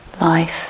life